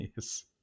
Yes